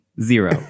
Zero